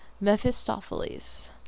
Mephistopheles